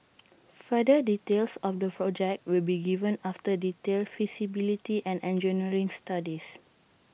further details of the projects will be given after detailed feasibility and engineering studies